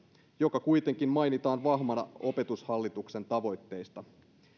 joka kuitenkin mainitaan vahvana opetushallituksen tavoitteissa